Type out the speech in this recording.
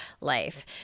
life